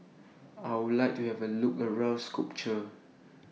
I Would like to Have A Look around Skopje